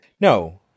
No